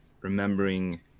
remembering